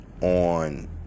on